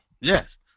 Yes